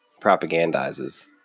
propagandizes